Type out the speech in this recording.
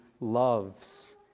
loves